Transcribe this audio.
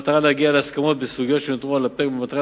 במטרה להגיע להסכמות בסוגיות שנותרו על הפרק ובמטרה